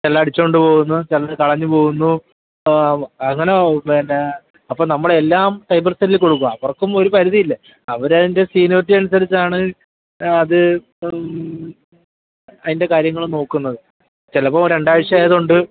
ചിലർ അടിച്ചോണ്ട് പോകുന്ന ചിലർ കളഞ്ഞ് പോകുന്നു അങ്ങനെ പിന്നെ അപ്പം നമ്മളെല്ലാം സൈബർ സെല്ലി കൊടുക്കുക അവർക്കും ഒരു പരിധിയില്ലേ അവർ അതിന്റെ സീന്യോരിറ്റി അനുസരിച്ചാണ് അത് അതിൻ്റെ കാര്യങ്ങൾ നോക്കുന്നത് ചിലപ്പോൾ രണ്ട് ആഴ്ച്ച ആയത്കൊണ്ട്